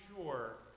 sure